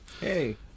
Hey